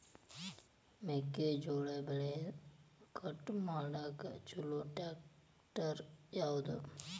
ಮೆಕ್ಕೆ ಜೋಳ ಬೆಳಿನ ಕಟ್ ಮಾಡಾಕ್ ಛಲೋ ಟ್ರ್ಯಾಕ್ಟರ್ ಯಾವ್ದು?